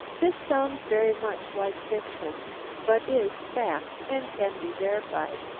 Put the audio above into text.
this sounds very much like fiction but is fact and can be verified.